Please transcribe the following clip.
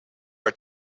are